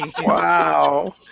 Wow